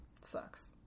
sucks